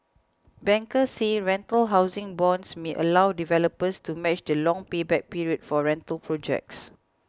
bankers say rental housing bonds may allow developers to match the long payback period for rental projects